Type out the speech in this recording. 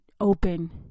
open